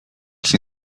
się